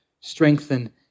strengthen